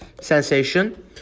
sensation